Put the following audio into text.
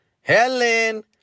Helen